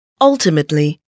Ultimately